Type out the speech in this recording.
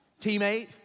teammate